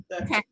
Okay